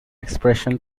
expression